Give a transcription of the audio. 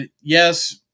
Yes